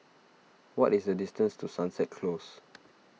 what is the distance to Sunset Close